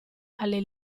alle